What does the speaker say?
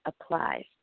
applies